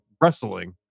wrestling